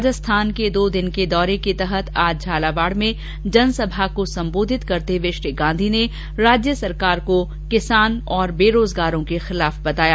राजस्थान के दो दिन के दौरे के तहत आज झालावाड़ में जनसभा को सम्बोधित करते हुए श्री गांधी ने राज्य सरकार को किसान और बेरोजगारों के खिलाफ बताया